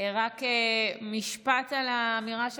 רק משפט על האמירה שלך.